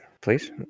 please